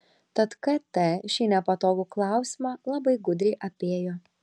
tad kt šį nepatogų klausimą labai gudriai apėjo